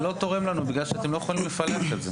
זה לא תורם לנו בגלל שאתם לא יכולים לפלח את זה.